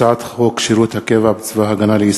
הצעת החוק עברה פה אחד.